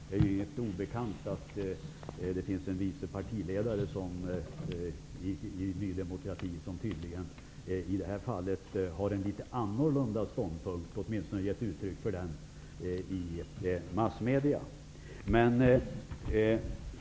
Det är ju inte obekant att det finns en vice partiledare i Ny demokrati som tydligen har en litet annorlunda ståndpunkt i den här frågan, vilket han åtminstone har gett uttryck för i massmedier.